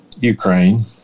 Ukraine